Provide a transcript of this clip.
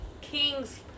king's